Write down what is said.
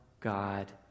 god